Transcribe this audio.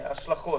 השלכות.